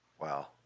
Wow